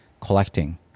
collecting